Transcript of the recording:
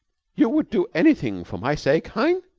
you would do anything for my sake, hein?